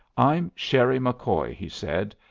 i'm sherry mccoy, he said,